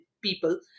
people